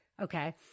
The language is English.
Okay